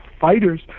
fighters